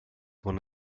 one